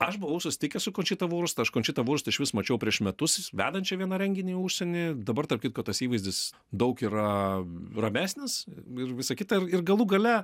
aš buvau susitikęs su končita vurst aš končitą vurst išvis mačiau prieš metus vedančią vieną renginį užsieny dabar tarp kitko tas įvaizdis daug yra ramesnis ir visą kitą ir ir galų gale